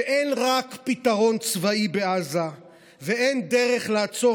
שאין רק פתרון צבאי בעזה ואין דרך לעצור